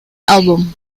album